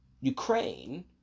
Ukraine